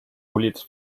улиц